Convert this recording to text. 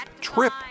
trip